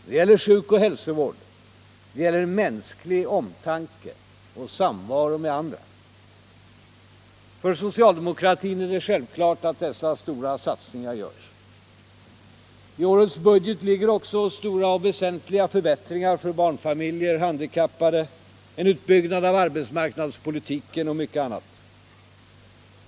Det gäller sjuk och hälsovård, det gäller mänsklig omtanke och samvaro med andra. För socialdemokratin är det självklart att dessa stora satsningar görs. I årets budget ligger även stora och väsentliga förbättringar för barnfamiljerna, de handikappade, en utbyggnad av arbetsmarknadspolitiken och mycket annat.